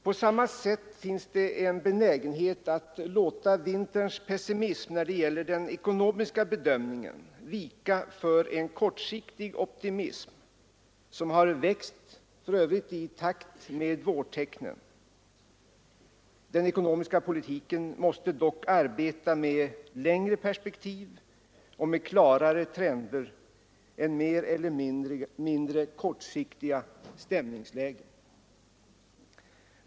På samma sätt finns det en benägenhet att låta vinterns pessimism när det gäller den ekonomiska bedömningen vika för en kortsiktig optimism, som för övrigt har växt i takt med vårtecknen. Den ekonomiska politiken måste dock arbeta med längre perspektiv och med klarare trender än mer eller mindre kortsiktiga stämningslägen.